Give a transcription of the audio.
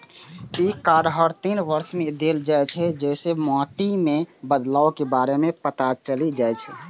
ई card हर तीन वर्ष मे देल जाइ छै, जइसे माटि मे बदलावक बारे मे पता चलि जाइ छै